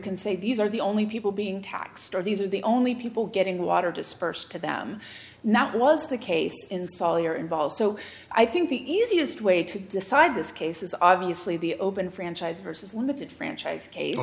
can say these are the only people being taxed or these are the only people getting water dispersed to them and that was the case in salyer involved so i think the easiest way to decide this case is obviously the open franchise versus limited franchise